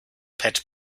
pet